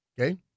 okay